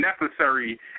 necessary